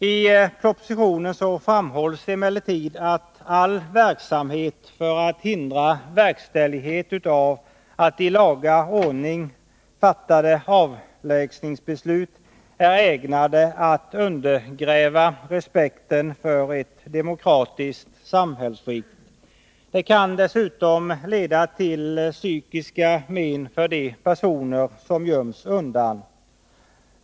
I propositionen framhålls emellertid att all verksamhet för att hindra verkställighet av i laga ordning fattade avlägsnandebeslut är ägnade att undergräva respekten för ett demokratiskt samhällsskick. Den kan dessutom leda till psykiska men för de personer som göms undan.